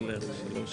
זה נכון, טוב.